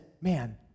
man